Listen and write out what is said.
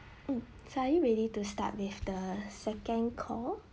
um so are you ready to start with the second call